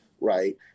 right